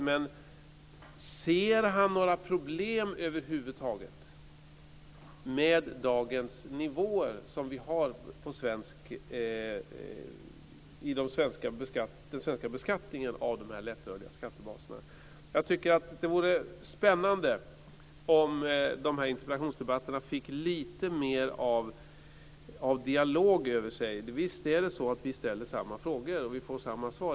Men ser han några problem över huvud taget med dagens nivåer i den svenska beskattningen av de lättrörliga skattebaserna? Det vore spännande om interpellationsdebatterna fick lite mer av dialog över sig. Visst är det så att vi ställer samma frågor och får samma svar.